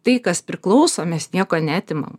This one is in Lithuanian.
tai kas priklauso mes nieko neatimam